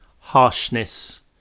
harshness